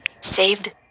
saved